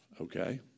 Okay